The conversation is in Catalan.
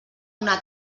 una